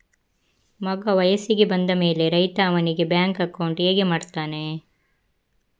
ಮಗ ವಯಸ್ಸಿಗೆ ಬಂದ ಮೇಲೆ ರೈತ ಅವನಿಗೆ ಬ್ಯಾಂಕ್ ಅಕೌಂಟ್ ಹೇಗೆ ಮಾಡ್ತಾನೆ?